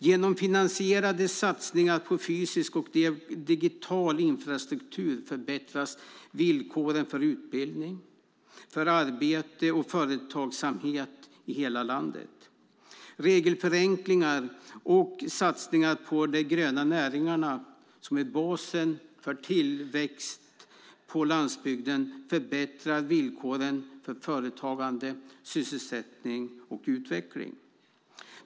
Genom finansierade satsningar på fysisk och digital infrastruktur förbättras villkoren för utbildning, arbete och företagsamhet i hela landet. Regelförenklingar och satsningar på de gröna näringarna, som är basen för tillväxt på landsbygden, förbättrar villkoren för företagande, sysselsättning och utveckling.